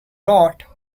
blood